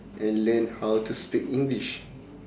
and learn how to speak english